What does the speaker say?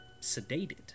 sedated